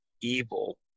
evil